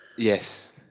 Yes